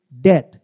death